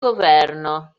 governo